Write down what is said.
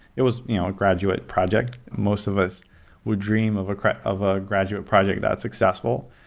it was you know a graduate project. most of us would dream of of a graduate project that's successful.